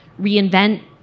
reinvent